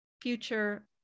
Future